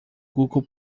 google